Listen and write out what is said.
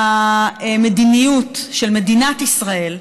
מהמדיניות של מדינת ישראל,